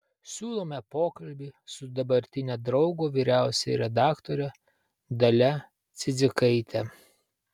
siūlome pokalbį su dabartine draugo vyriausiąja redaktore dalia cidzikaite